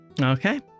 Okay